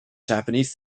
japanese